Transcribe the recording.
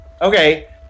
Okay